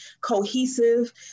cohesive